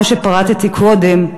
כמו שפירטתי קודם,